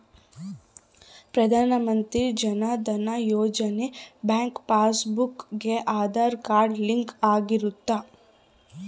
ಪ್ರಧಾನ Mantri Jan Dhan Yojana bank passbook ಗೆ Aadhaar card link ಆಗಿರುತ್ತ